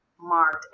marked